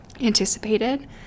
anticipated